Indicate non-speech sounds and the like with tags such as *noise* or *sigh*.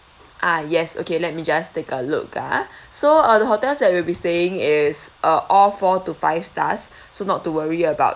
ah yes okay let me just take a look ah *breath* so uh the hotels that we will be staying is uh all four to five stars *breath* so not to worry about